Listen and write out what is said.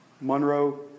Monroe